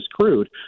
crude